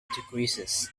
decreases